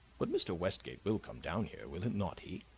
but mr. westgate will come down here, will not he?